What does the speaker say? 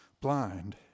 blind